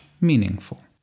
meaningful